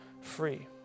free